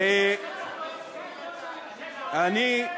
אדוני היושב-ראש,